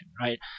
right